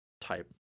type